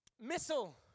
missile